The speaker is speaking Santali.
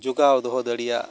ᱡᱚᱜᱟᱣ ᱫᱚᱦᱚ ᱫᱟᱹᱲᱤᱭᱟᱜ